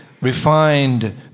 refined